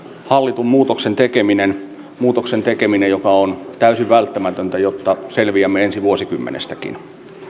hallitun muutoksen tekeminen muutoksen tekeminen mikä on täysin välttämätöntä jotta selviämme ensi vuosikymmenestäkin